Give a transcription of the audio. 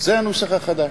זה הנוסח החדש.